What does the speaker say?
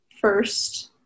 first